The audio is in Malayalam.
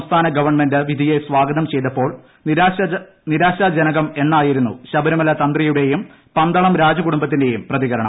സംസ്ഥാന ഗവൺമെന്റ് വിധിയെ സ്വാഗതം ചെയ്തപ്പോൾ നിരാശാജനകം എന്നായിരുന്നു ശബരിമല തന്ത്രിയുടെയും പന്തളം രാജകുടുംബത്തിന്റെയും പ്രതികരണം